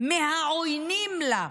מהעוינים אותה.